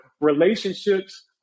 relationships